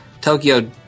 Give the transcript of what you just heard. Tokyo